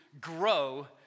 grow